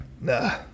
Nah